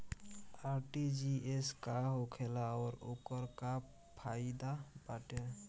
RTGS का होखेला और ओकर का फाइदा बाटे?